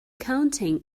counting